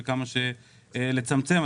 מנסה כמה שיותר לצמצם את הפער.